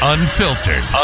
Unfiltered